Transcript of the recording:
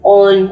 on